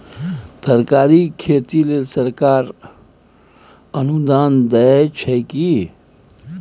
तरकारीक खेती लेल सरकार अनुदान दै छै की?